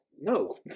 No